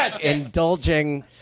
indulging